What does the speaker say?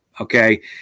Okay